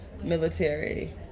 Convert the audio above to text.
military